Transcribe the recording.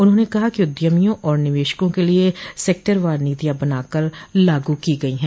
उन्होंने कहा कि उद्यमियों और निवेशकों के लिये सेक्टर वार नीतियां बनाकर लागू की गई है